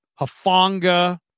Hafanga